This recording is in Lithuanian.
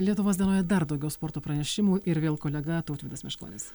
lietuvos dienoje dar daugiau sporto pranešimų ir vėl kolega tautvydas meškonis